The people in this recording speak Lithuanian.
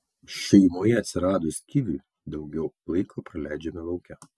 šeimoje atsiradus kiviui daugiau laiko praleidžiame lauke